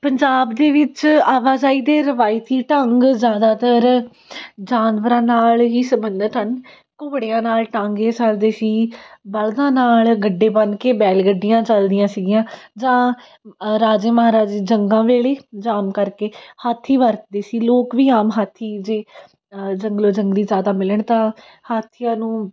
ਪੰਜਾਬ ਦੇ ਵਿੱਚ ਆਵਾਜਾਈ ਦੇ ਰਵਾਇਤੀ ਢੰਗ ਜ਼ਿਆਦਾਤਰ ਜਾਨਵਰਾਂ ਨਾਲ ਹੀ ਸੰਬੰਧਿਤ ਹਨ ਘੋੜਿਆਂ ਨਾਲ ਟਾਂਗੇ ਚੱਲਦੇ ਸੀ ਬਲਦਾਂ ਨਾਲ ਗੱਡੇ ਬੰਨ੍ਹ ਕੇ ਬੈਲ ਗੱਡੀਆਂ ਚੱਲਦੀਆਂ ਸੀਗੀਆਂ ਜਾਂ ਰਾਜੇ ਮਹਾਰਾਜੇ ਜੰਗਾਂ ਵੇਲੇ ਜਾਂ ਆਮ ਕਰਕੇ ਹਾਥੀ ਵਰਤਦੇ ਸੀ ਲੋਕ ਵੀ ਆਮ ਹਾਥੀ ਜੇ ਜੰਗਲੋ ਜੰਗਲੀ ਜ਼ਿਆਦਾ ਮਿਲਣ ਤਾਂ ਹਾਥੀਆਂ ਨੂੰ